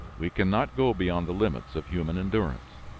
we can not go beyond the limits of human endurance.